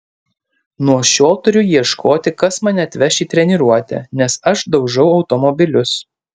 nuo šiol turiu ieškoti kas mane atveš į treniruotę nes aš daužau automobilius